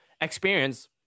experience